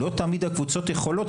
לא תמיד הקבוצות יכולות.